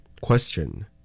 Question